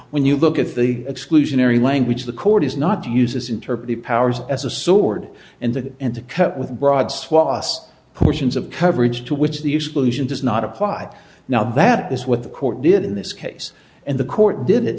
when you look at the exclusionary language the court is not to use this interpretive powers as a sword and that and to cut with broad swaths portions of coverage to which the exclusion does not apply now that this with the court did in this case and the court did it